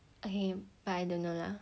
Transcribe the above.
okay but I don't know lah